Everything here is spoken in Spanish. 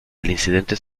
incidente